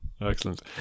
Excellent